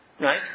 Right